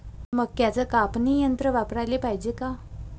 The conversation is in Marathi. मक्क्याचं कापनी यंत्र वापराले पायजे का?